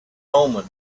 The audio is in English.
omen